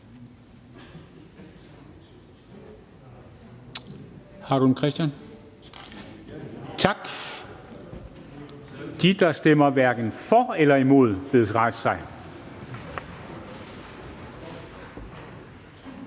rejse sig. Tak. De, der stemmer hverken for eller imod, bedes